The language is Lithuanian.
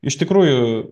iš tikrųjų